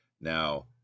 now